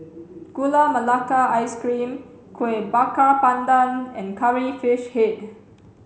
gula melaka ice cream kueh bakar pandan and curry fish head